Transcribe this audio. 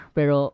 Pero